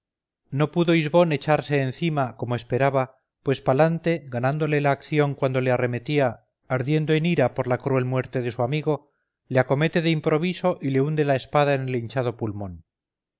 no pudo hisbón echarse encima como esperaba pues palante ganándole la acción cuando le arremetía ardiendo en ira por la cruel muerte de su amigo le acomete de improviso y le hunde la espada en el hinchado pulmón